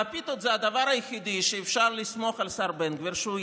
והפיתות זה הדבר היחידי שאפשר לסמוך על השר בן גביר שבו הוא